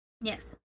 Yes